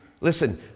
Listen